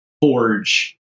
forge